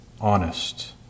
honest